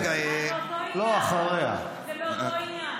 זה באותו עניין.